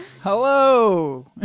hello